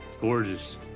gorgeous